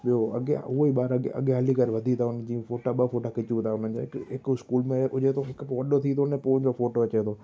ॿियो अॻियां उहे ई ॿार अॻियां अॻियां हली करे वधी था वञनि जीअं फोटा ॿ फोटा खिचूं था उन्हनि जा हिकु हिकु स्कूल में हुजे थो हिकु पोइ वॾो थी थो वञे पोइ उन जो फोटो अचे थो